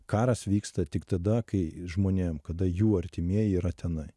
karas vyksta tik tada kai žmonėm kada jų artimieji yra tenai